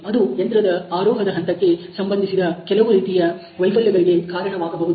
ಅದು ಯಂತ್ರದ ಆರೋಹದ ಹಂತಕ್ಕೆ ಸಂಬಂಧಿಸಿದ ಕೆಲವು ರೀತಿಯ ವೈಫಲ್ಯಗಳಿಗೆ ಕಾರಣವಾಗಬಹುದು